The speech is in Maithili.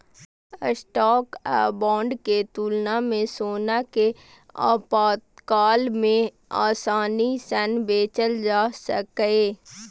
स्टॉक आ बांड के तुलना मे सोना कें आपातकाल मे आसानी सं बेचल जा सकैए